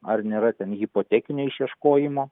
ar nėra ten hipotekinio išieškojimo